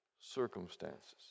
circumstances